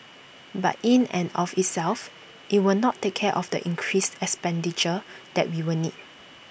but in and of itself IT will not take care of the increased expenditure that we will need